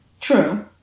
True